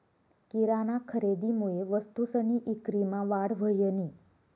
किराना खरेदीमुये वस्तूसनी ईक्रीमा वाढ व्हयनी